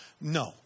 No